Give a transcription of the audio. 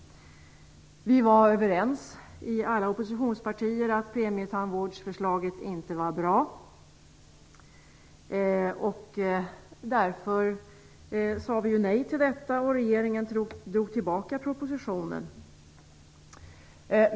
Vi var överens i alla oppositionspartier om att premietandvårdsförslaget inte var bra. Därför sade vi nej, och regeringen drog tillbaka propositionen.